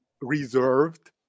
reserved